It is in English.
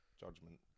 Judgment